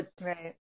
Right